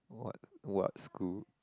what what school